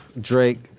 Drake